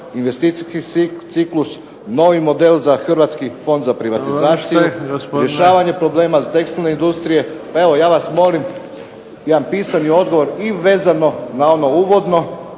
investicijski ciklus, novi model za Hrvatski fond za privatizaciju. Rješavanje problema tekstilne industrije. Evo ja vas molim jedan pisani odgovor i vezano na ono uvodno,